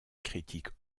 critique